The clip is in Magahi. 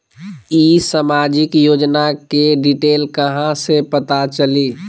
ई सामाजिक योजना के डिटेल कहा से पता चली?